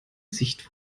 sicht